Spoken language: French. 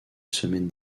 semaine